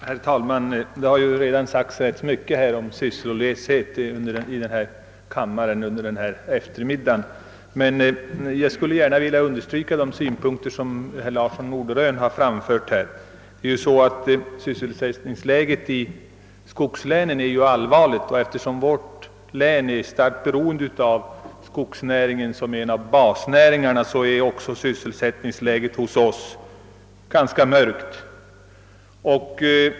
Herr tålman! Det har redan sagts rätt mycket om sysslolöshet här i kammaren under eftermiddagen, men jag vill gärna understryka de synpunkter som herr Larsson i Norderön har framfört. Sysselsättningsläget i skogslänen är ju allvarligt, och eftersom det län jag representeraår hör till dem, där skogsnäringen utgör en av basnäringarna, så är sysselsättningsläget även där ganska mörkt.